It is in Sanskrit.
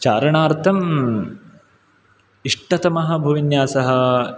चारणार्थम् इष्टतमः भूविन्यासः